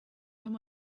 and